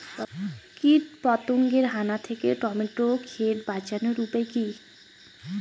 কীটপতঙ্গের হানা থেকে টমেটো ক্ষেত বাঁচানোর উপায় কি?